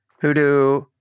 Hoodoo